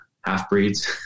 half-breeds